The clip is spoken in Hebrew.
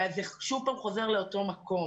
שוב זה חוזר לאותו מקום